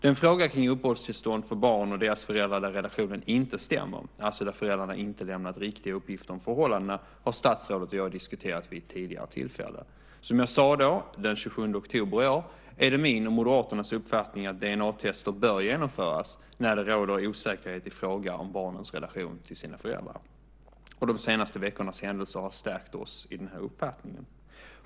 Den fråga kring uppehållstillstånd för barn och deras föräldrar där relationen inte stämmer, alltså där föräldrarna inte lämnat riktiga uppgifter om förhållandena, har statsrådet och jag diskuterat vid ett tidigare tillfälle. Som jag sade då, den 27 oktober i år, är det min och Moderaternas uppfattning att DNA-test bör genomföras när det råder osäkerhet i fråga om barnens relation till sina föräldrar. De senaste veckornas händelser har stärkt oss i uppfattningen.